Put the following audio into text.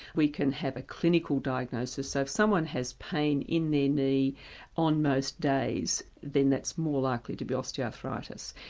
we can have a clinical diagnosis, so if someone has pain in their knee on most days then that's more likely to be osteoarthritis.